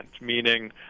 meaning